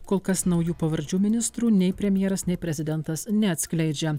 kol kas naujų pavardžių ministrų nei premjeras nei prezidentas neatskleidžia